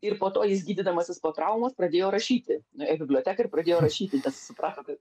ir po to jis gydydamasis po traumos pradėjo rašyti nuėjo į biblioteką ir pradėjo rašyti nes suprato kad